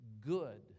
good